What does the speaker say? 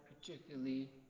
particularly